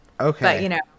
Okay